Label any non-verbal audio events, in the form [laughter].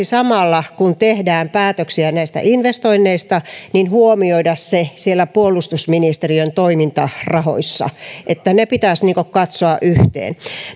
[unintelligible] samalla kun tehdään päätöksiä näistä investoinneista huomioida se siellä puolustusministeriön toimintarahoissa ne pitäisi katsoa yhteen